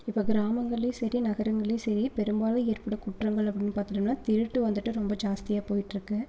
இப்போ கிராமங்கள்லயும் சரி நகரங்கள்லயும் சரி பெரும்பாலும் ஏற்படும் குற்றங்கள் அப்படினு பார்த்துட்டோம்னா திருட்டு வந்துட்டு ரொம்ப ஜாஸ்த்தியாக போய்கிட்ருக்கு